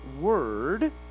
word